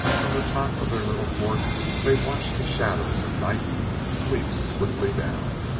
from the top of their little fort they watched the shadows of night sweep swiftly down.